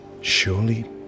surely